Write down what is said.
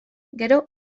gero